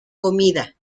comida